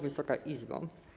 Wysoka Izbo!